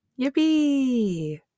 Yippee